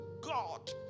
God